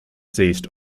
ceased